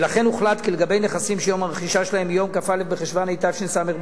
ולכן הוחלט כי לגבי נכסים שיום הרכישה שלהם מיום כ"א בחשוון התשס"ב,